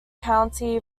county